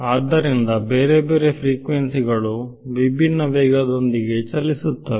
ಆದ್ದರಿಂದ ಬೇರೆ ಬೇರೆ ಫ್ರೀಕ್ವೆನ್ಸಿ ಗಳು ವಿಭಿನ್ನ ವೇಗದೊಂದಿಗೆ ಚಲಿಸುತ್ತವೆ